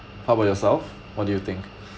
how about yourself what do you think